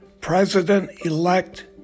President-elect